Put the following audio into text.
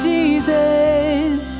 Jesus